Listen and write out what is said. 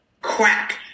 crack